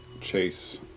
chase